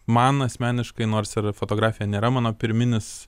man asmeniškai nors ir fotografija nėra mano pirminis